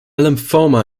lymphoma